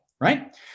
Right